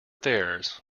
theirs